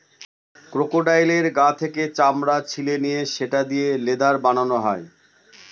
ক্রোকোডাইলের গা থেকে চামড়া ছিলে নিয়ে সেটা দিয়ে লেদার বানানো হয়